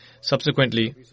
Subsequently